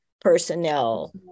personnel